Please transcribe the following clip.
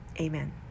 Amen